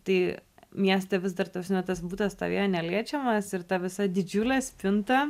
tai mieste vis dar ta prasme tas butas stovėjo neliečiamas ir ta visa didžiulė spinta